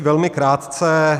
Velmi krátce.